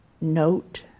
note